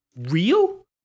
real